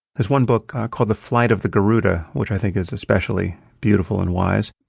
there's one book called the flight of the garuda, which i think is especially beautiful and wise.